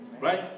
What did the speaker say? Right